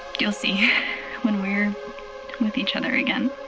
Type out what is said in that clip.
you'll see when we're with each other again